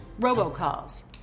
robocalls